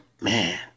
man